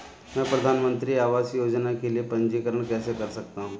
मैं प्रधानमंत्री आवास योजना के लिए पंजीकरण कैसे कर सकता हूं?